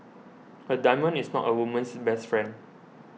a diamond is not a woman's best friend